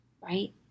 right